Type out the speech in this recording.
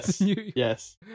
Yes